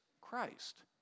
Christ